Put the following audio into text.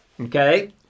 Okay